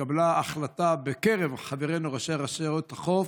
התקבלה החלטה בקרב חברינו ראשי רשויות החוף,